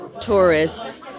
tourists